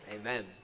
amen